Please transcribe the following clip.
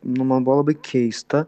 nu man buvo labai keista